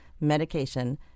medication